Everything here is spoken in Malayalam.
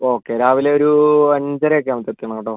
ഓക്കെ രാവിലെ ഒരു അഞ്ചര ഒക്കെ ആവുമ്പം എത്തണം കേട്ടോ